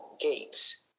gates